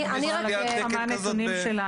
אני יכולה להגיד לך מה הנתונים שלנו.